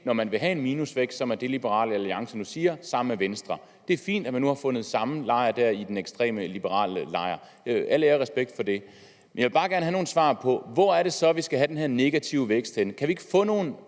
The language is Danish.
når man vil have en minusvækst sammen med Venstre. Det er det, Liberal Alliance nu siger. Det er fint, at man har fundet sammen i den ekstreme liberale lejr. Al ære og respekt for det. Jeg vil bare gerne have nogle svar på: Hvor er det så, vi skal have den her negative vækst? Kan vi ikke få nogle